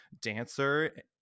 dancer